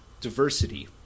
diversity